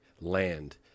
land